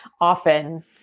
often